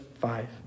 five